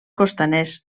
costaners